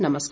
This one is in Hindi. नमस्कार